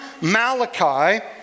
Malachi